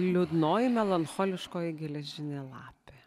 liūdnoji melancholiškoji geležinė lapė